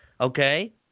Okay